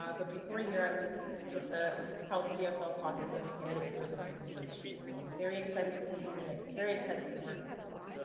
but before year i was with the house dfl caucus as a candidate services associates, i'm very excited to be here in a very excited to work with you all.